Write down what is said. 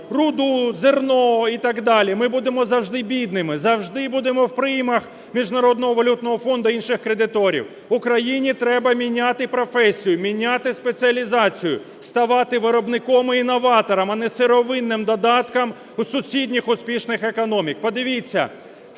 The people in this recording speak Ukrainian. руду, зерно і так далі, ми будемо завжди бідними, завжди будемо в приймах у Міжнародного валютного фонду, інших кредиторів. Україні треба міняти професію, міняти спеціалізацію, ставати виробником іінноватором, а не сировинним додатком сусідніх успішних економік.